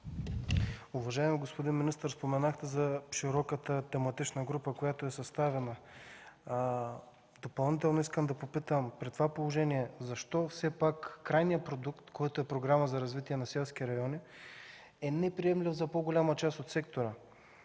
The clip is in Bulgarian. Уважаеми господин министър, споменахте за широката тематична група, която е съставена. Допълнително искам да попитам: при това положение защо все пак крайният продукт, който е Програма за развитие на селските райони, е неприемлив за по-голяма част от сектора?